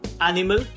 animal